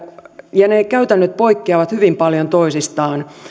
ja ne käytännöt poikkeavat hyvin paljon toisistaan